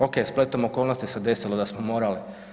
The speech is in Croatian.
Ok, spletom okolnosti se desilo da smo morali.